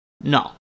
No